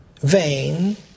vain